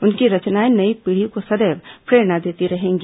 उनकी रचनाएं नई पीढ़ी को सदैव प्रेरणा देती रहेंगी